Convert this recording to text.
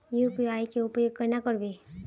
UPI के उपयोग केना करबे?